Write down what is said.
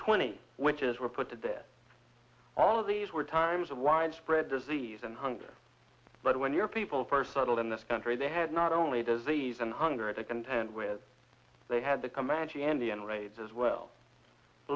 twenty witches were put to death all of these were times of widespread disease and hunger but when your people first settled in this country they had not only disease and hunger to contend with they had the comanche indian raids as well